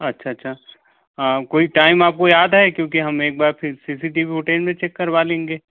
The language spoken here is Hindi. अच्छा अच्छा कोई टाइम आपको याद है क्योंकि हम एक बार फिर C C T V footage में चेक करवा लेंगे